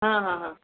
हा हा हा